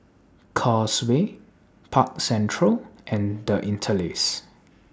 Causeway Park Central and The Interlace